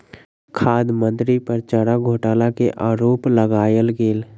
खाद्य मंत्री पर चारा घोटाला के आरोप लगायल गेल